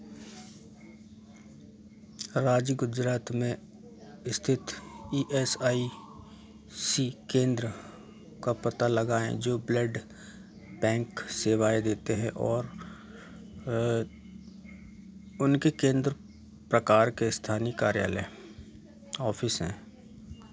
राज्य गुजरात में स्थित ई एस आई सी केंद्र का पता लगाएँ जो ब्लड बैंक सेवाएँ देते हैं और उनके केंद्र प्रकार स्थानीय कार्यालय ऑफिस हैं